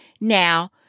Now